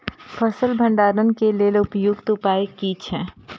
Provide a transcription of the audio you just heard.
फसल भंडारण के लेल उपयुक्त उपाय कि छै?